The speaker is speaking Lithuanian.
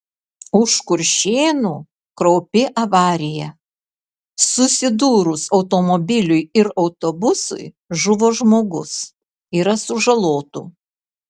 už kuršėnų kraupi avarija susidūrus automobiliui ir autobusui žuvo žmogus yra sužalotų